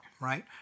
right